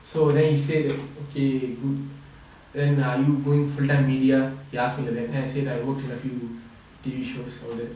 so then he say that okay good then are you going full time media he ask me like that and I said I worked with a few T_V shows all that